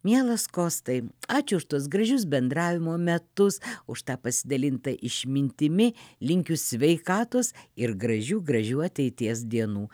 mielas kostai ačiū už tuos gražius bendravimo metus už tą pasidalinta išmintimi linkiu sveikatos ir gražių gražių ateities dienų